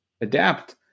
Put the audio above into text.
adapt